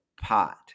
pot